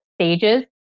stages